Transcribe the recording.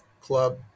club